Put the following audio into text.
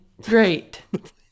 Great